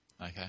Okay